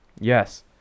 Yes